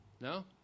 No